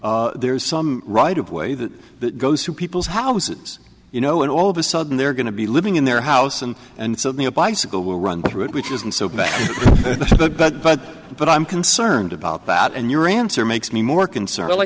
there's some right of way that goes to people's houses you know and all of a sudden they're going to be living in their house and and suddenly a bicycle will run through it which isn't so bad but but but i'm concerned about and your answer makes me more concerned